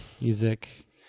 Music